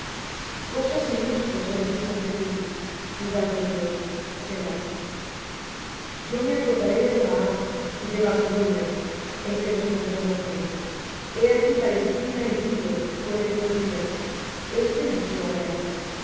cosas ilustres son dichas de ti ciudad de dios selah yo me acordaré de rahab y de babilonia entre los que me conocen he aquí palestina y tiro con etiopía este nació allá